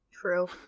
True